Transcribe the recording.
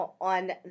on